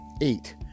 eight